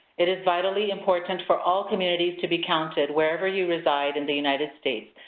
it is vitally important for all communities to be counted wherever you reside in the united states,